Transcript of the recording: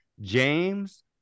James